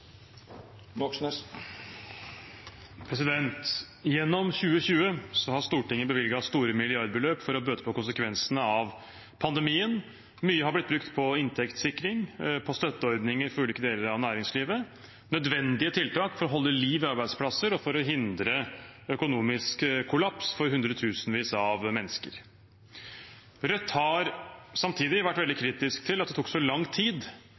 2020 har Stortinget bevilget store milliardbeløp for å bøte på konsekvensene av pandemien. Mye har blitt brukt på inntektssikring, på støtteordninger for ulike deler av næringslivet, nødvendige tiltak for å holde liv i arbeidsplasser og for å hindre økonomisk kollaps for hundretusenvis av mennesker. Rødt har samtidig vært veldig kritisk til at det tok så lang tid